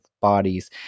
bodies